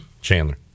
Chandler